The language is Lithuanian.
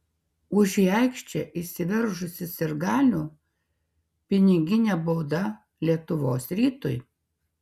už į aikštę įsiveržusį sirgalių piniginė bauda lietuvos rytui